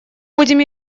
будем